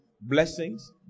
blessings